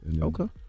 Okay